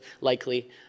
likely